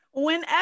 Whenever